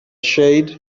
shade